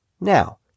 Now